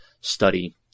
study